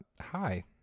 Hi